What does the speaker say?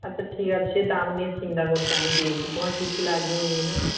আচ্ছা ঠিক আছে সে দাম নিয়ে চিন্তা করতে আমি দিয়ে দিচ্ছি তোমার কি কি লাগবে নিয়ে নাও